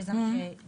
שזה משהו שקורה.